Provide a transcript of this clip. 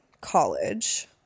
college